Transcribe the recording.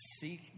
seek